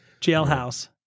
Jailhouse